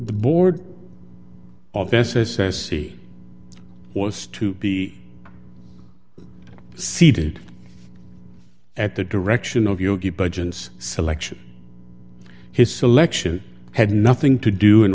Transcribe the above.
the board of s s s e was to be seated at the direction of yogi budget's selection his selection had nothing to do and